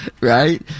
right